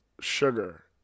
sugar